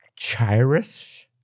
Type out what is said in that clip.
Chirish